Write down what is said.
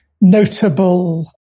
notable